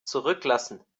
zurücklassen